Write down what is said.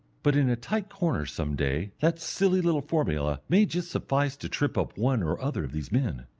but in a tight corner some day that silly little formula may just suffice to trip up one or other of these men.